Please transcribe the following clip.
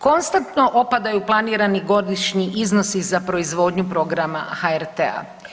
Konstantno opadaju planirani godišnji iznosi za proizvodnju programa HRT-a.